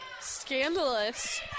Scandalous